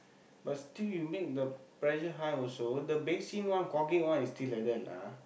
but still you make the pressure high also the basin one clogging one is still like that lah